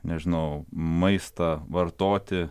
nežinau maistą vartoti